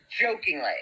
jokingly